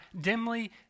dimly